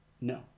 No